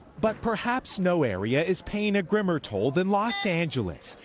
but perhaps no area is paying a grimmer toll than los angeles.